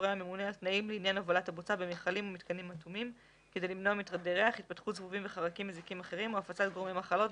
רשאי מפעיל לפנות בוצה למפעל טיפול בבוצה,